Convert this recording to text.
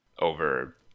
over